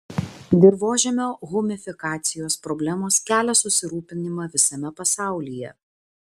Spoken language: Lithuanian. dirvožemio humifikacijos problemos kelia susirūpinimą visame pasaulyje